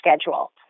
schedule